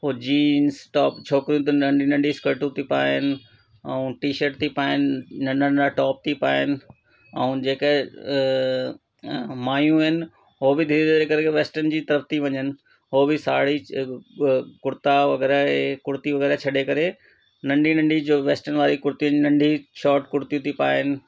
हो jeans top छोकिरियूं नंढी नंढी स्कटूं थी पाइनि ऐं टीशट थी पाइनि नंढा नंढा टॉप थी पाइनि ऐं जेके मायूं आहिनि हो बि धीरे धीरे करे वेस्टन जी तरफ़ु थी वञनि हो बि साड़ी कुर्ता वग़ैरह थी पाए कुर्तियूं वग़ैआ छॾे करे नंढी नंढी वेस्टन वारी कुर्ती नंढी शॉट कुर्ती थी पाइनि